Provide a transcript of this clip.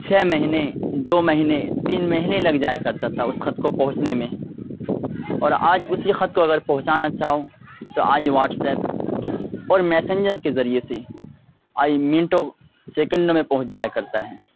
چھ مہینے دو مہینے تین مہینے لگ جایا کرتا تھا اس خط کو پہنچنے میں اور آج اسی خط کو اگر پہنچانا چاہو تو آج واٹسایپ اور میسنجر کے ذریعے سے آئی منٹو سیکنڈ میں پہنچ جایا کرتا ہے